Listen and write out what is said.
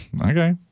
Okay